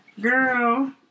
Girl